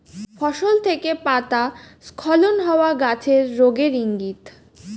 ফসল থেকে পাতা স্খলন হওয়া গাছের রোগের ইংগিত